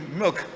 milk